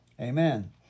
Amen